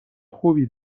خوبی